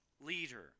leader